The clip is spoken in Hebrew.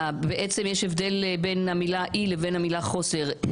בעצם יש הבדל בין המילה 'אי' לבין המילה 'חוסר'.